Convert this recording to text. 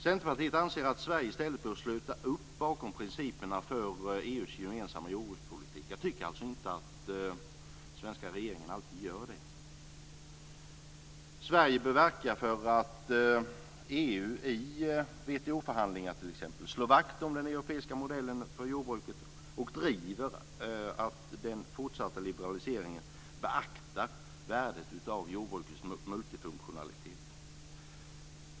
Centerpartiet anser att Sverige i stället bör sluta upp för principerna bakom EU:s gemensamma jordbrukspolitik. Jag tycker alltså inte att den svenska regeringen alltid gör det. Sverige bör verka för att EU t.ex. i WTO-förhandlingar slår vakt om den europeiska modellen för jordbruket och driver att den fortsatta liberaliseringen beaktar värdet av jordbrukets multifunktionalitet.